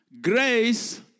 Grace